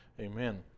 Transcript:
Amen